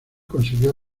consiguió